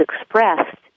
expressed